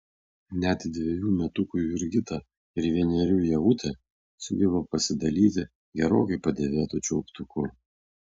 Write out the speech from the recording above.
net dvejų metukų jurgita ir vienerių ievutė sugeba pasidalyti gerokai padėvėtu čiulptuku